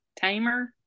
tamer